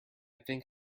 think